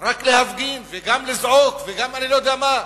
רק להפגין וגם לזעוק וגם אני לא יודע מה,